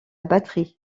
batterie